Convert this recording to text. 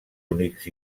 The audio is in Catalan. únics